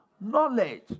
Knowledge